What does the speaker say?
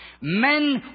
Men